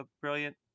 brilliant